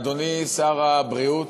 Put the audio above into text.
אדוני שר הבריאות,